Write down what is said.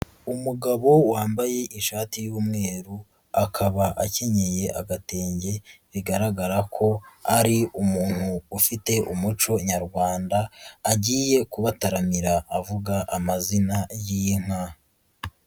Umugabo wambaye ishati y'umweru akaba akenyeye agatenge ,bigaragara ko ari umuntu ufite umuco nyarwanda agiye kubataramira avuga amazina y'inka.